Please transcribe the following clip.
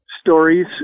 stories